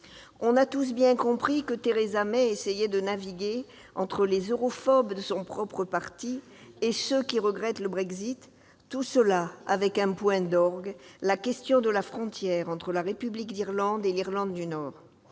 avons tous bien compris que Theresa May essayait de naviguer entre les europhobes de son propre parti et ceux qui regrettent le Brexit, tout cela avec, en point d'orgue, la question de la frontière entre la République d'Irlande et l'Irlande du Nord.